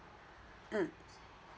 mm